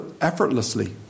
effortlessly